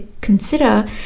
consider